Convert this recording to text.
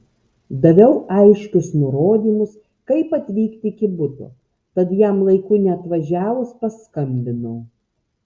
daviau aiškius nurodymus kaip atvykti iki buto tad jam laiku neatvažiavus paskambinau